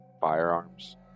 firearms